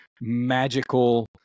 magical